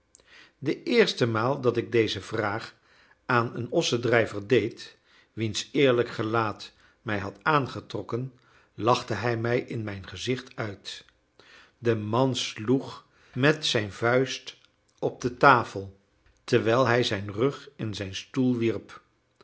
de eerste maal dat ik deze vraag aan een ossendrijver deed wiens eerlijk gelaat mij had aangetrokken lachte hij mij in mijn gezicht uit de man sloeg met zijn vuist op de tafel terwijl hij zijn rug in zijn stoel wierp